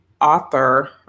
author